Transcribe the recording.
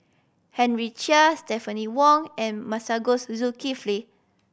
Henry Chia Stephanie Wong and Masagos Zulkifli